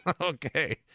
Okay